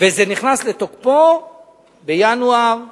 זה נכנס לתוקפו בינואר השנה.